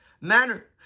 manner